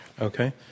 Okay